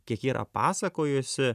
kiek yra pasakojusi